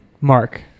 mark